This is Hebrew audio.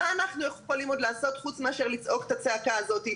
מה אנחנו יכולים עוד לעשות חוץ מאשר לצעוק את הצעקה הזאת.